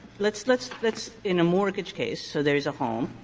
let's let's let's in a mortgage case, so there's a home,